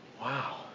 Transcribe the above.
wow